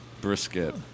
Brisket